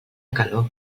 calor